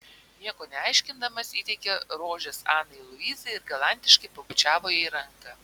nieko neaiškindamas įteikė rožes anai luizai ir galantiškai pabučiavo jai ranką